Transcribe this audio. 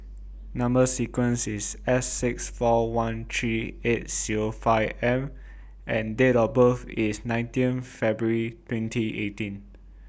Number sequence IS S six four one three eight Zero five M and Date of birth IS nineteen February twenty eighteen